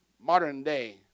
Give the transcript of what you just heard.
modern-day